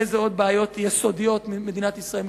עם איזה עוד בעיות יסודיות מדינת ישראל מתמודדת?